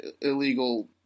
illegal